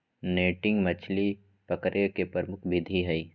netting मछली पकडे के प्रमुख विधि हइ